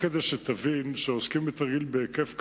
רק כדי שתבין, כשעוסקים בתרגיל בהיקף כזה,